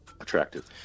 attractive